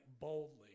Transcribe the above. boldly